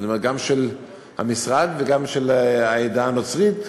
גם של המשרד וגם של העדה הנוצרית,